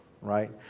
right